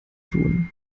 tun